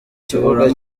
kibuga